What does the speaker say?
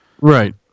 Right